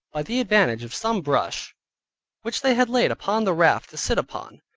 by the advantage of some brush which they had laid upon the raft to sit upon,